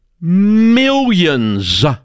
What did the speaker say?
millions